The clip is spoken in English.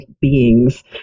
beings